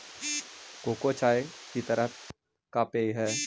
cocoa चाय की तरह का पेय हई